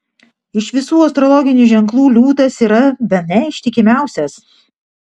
iš visų astrologinių ženklų liūtas yra bene ištikimiausias